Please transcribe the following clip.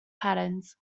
patterns